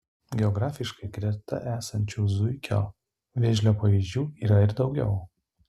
geografiškai greta esančių zuikio vėžlio pavyzdžių yra ir daugiau